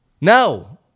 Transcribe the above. No